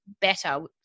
better